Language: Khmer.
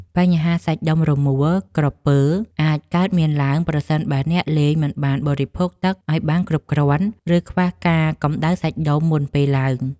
បញ្ហាសាច់ដុំរមួលក្រពើអាចកើតមានឡើង ប្រសិនបើអ្នកលេងមិនបានបរិភោគទឹកឱ្យបានគ្រប់គ្រាន់ ឬខ្វះការកម្ដៅសាច់ដុំមុនពេលឡើង។